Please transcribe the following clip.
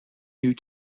you